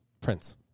Prince